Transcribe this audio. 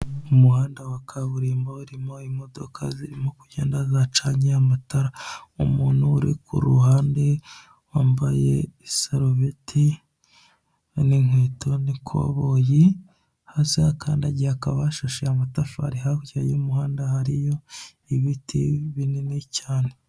Umuhanda wa kaburimbo urimo imodoka zirimo kugenda zacanye amatara, umuntu uri ku ruhande wambaye isarubeti n'inkweto n’ikobori, hasi aho akandagiye hakaba hashashe amatafari, hakurya y'umuhanda hariyo ibiti binini cyane.